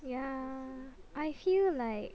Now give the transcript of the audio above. yeah I feel like